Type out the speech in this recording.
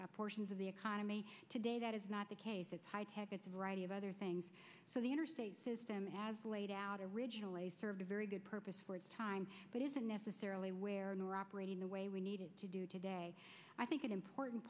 major portions of the economy today that is not the case it's high tech it's a variety of other things so the interstate as laid out originally served a very good purpose for its time but isn't necessarily where operating the way we needed to do today i think an important